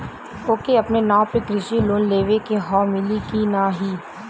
ओके अपने नाव पे कृषि लोन लेवे के हव मिली की ना ही?